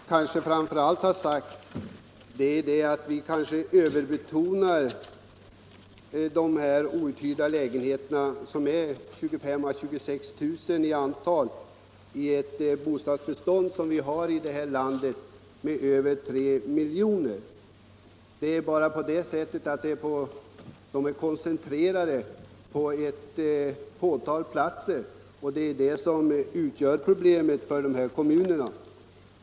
Herr talman! Vad jag framför allt har sagt är att vi kanske överbetonar betydelsen av de outhyrda lägenheterna, som är 25 000-26 000 till antalet, i det bostadsbestånd på över tre miljoner lägenheter som vi har i det här landet. Det är nämligen på det sättet att de är koncentrerade till ett fåtal platser, och det är detta som utgör problemet för de kommunerna.